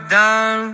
down